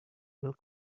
will